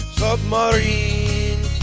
submarine